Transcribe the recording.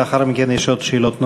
לאחר מכן יש עוד שאלות נוספות.